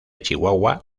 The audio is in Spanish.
chihuahua